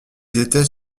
étaient